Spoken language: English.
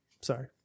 Sorry